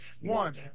one